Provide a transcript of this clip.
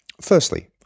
firstly